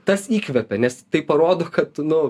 tas įkvepia nes tai parodo kad nu